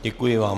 Děkuji vám.